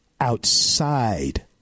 outside